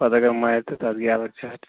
پَتہٕ اگر مَرِ تہٕ تَتھ گے الگ چارٕج